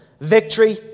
victory